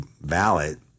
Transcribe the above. valid